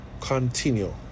continue